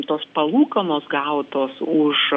tos palūkanos gautos už